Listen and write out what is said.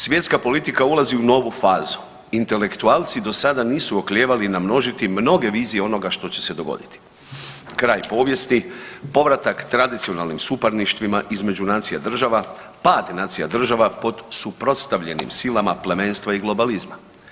Svjetska politika ulazi u novu fazu, intelektualci do sada nisu oklijevali namnožiti mnoge vizije onoga što će se dogoditi, kraj povijesti, povratak tradicionalnim suparništvima između nacija država, pad nacija država pod suprotstavljenim silama plemenstva i globalizma.